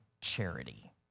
charity